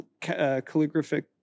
calligraphic